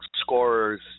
scorers